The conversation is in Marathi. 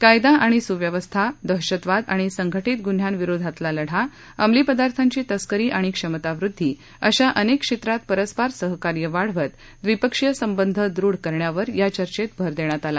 कायदा आणि सुव्यवस्था दहशतवाद आणि संघटित गुन्द्यांविरोधातला लढाअमली पदार्थांची तस्करी आणि क्षमतावृद्धी अशा अनेक क्षेत्रात परस्पर सहकार्य वाढवत द्विपक्षीय संबंध दृढ करण्यावर या चर्चेत भर देण्यात आला